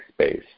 space